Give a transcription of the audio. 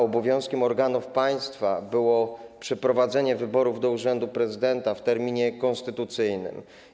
Obowiązkiem organów państwa było przeprowadzenie wyborów na urząd prezydenta w terminie konstytucyjnym.